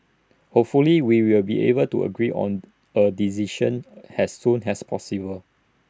hopefully we will be able to agree on A decision has soon has possible